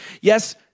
Yes